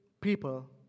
people